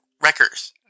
Wreckers